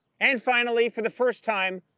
and finally, for the first time,